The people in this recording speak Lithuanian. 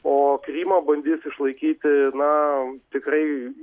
o krymą bandys išlaikyti na tikrai